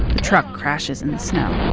the truck crashes in the snow.